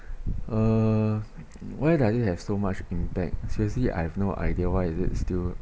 uh why does it have so much impact seriously I have no idea why is it still